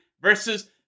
versus